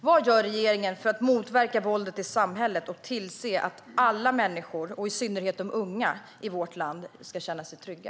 Vad gör regeringen för att motverka våldet i samhället och för att tillse att alla människor, i synnerhet de unga, i vårt land ska känna sig trygga?